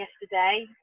yesterday